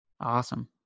Awesome